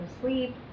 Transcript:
sleep